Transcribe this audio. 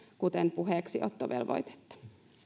kuten puheeksiottovelvoitetta